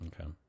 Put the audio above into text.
Okay